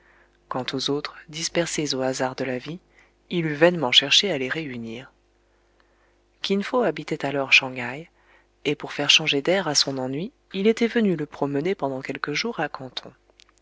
quant aux autres dispersés aux hasards de la vie il eût vainement cherché à les réunir kin fo habitait alors shang haï et pour faire changer d'air à son ennui il était venu le promener pendant quelques jours à canton